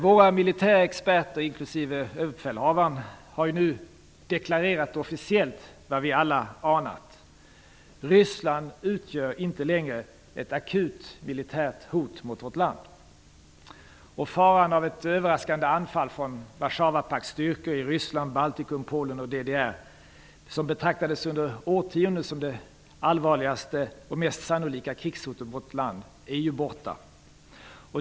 Våra militärexperter, inklusive överbefälhavaren, har nu officiellt deklarerat vad vi alla har anat, nämligen att Ryssland inte längre utgör något akut militärt hot mot vårt land. Faran för ett överraskande anfall från Warszawapaktsstyrkor i Ryssland, Baltikum, Polen och DDR, som under årtionden betraktades som det allvarligaste och mest sannolika krigshotet, är ju borta.